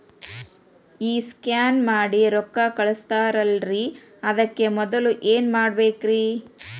ಈ ಸ್ಕ್ಯಾನ್ ಮಾಡಿ ರೊಕ್ಕ ಕಳಸ್ತಾರಲ್ರಿ ಅದಕ್ಕೆ ಮೊದಲ ಏನ್ ಮಾಡ್ಬೇಕ್ರಿ?